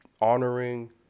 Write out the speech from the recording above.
honoring